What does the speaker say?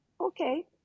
okay